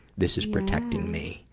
this is protecting me.